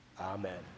Amen